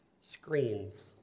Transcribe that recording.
Screens